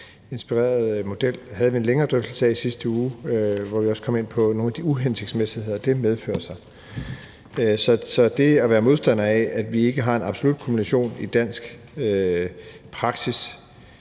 inspireret model havde vi en længere drøftelse af sidste uge, hvor vi også kom ind på nogle af de uhensigtsmæssigheder, det medfører. Så det at være modstander af, at vi ikke har en absolut kumulation i dansk praksis,